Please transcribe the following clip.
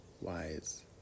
wise